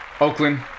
Oakland